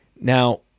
Now